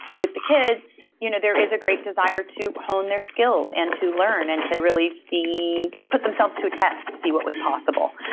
with the kids, you know there is a great desire to hone their skills and to learn and to really put themselves to a test, see what was possible.